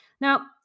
Now